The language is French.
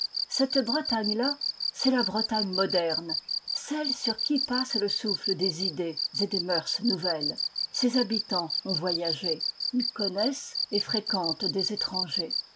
cette bretagne là c'est la bretagne moderne celle sur qui passe le souffle des idées et des mœurs nouvelles ses habitants ont voyagé ils connaissent et fréquentent des étrangers